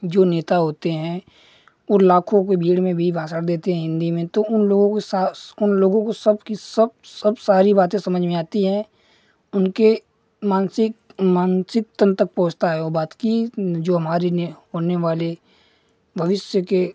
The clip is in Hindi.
जो नेता होते हैं वो लाखों के भीड़ में भी भाषण देते हैं हिन्दी में तो उन लोगों को सास उन लोगों को सब कुछ सब सब सारी बातें समझ में आती हैं उनके मानसिक मानसिक तन तक पहुँचता है वो बात कि जो हमारी ने होने वाले भविष्य के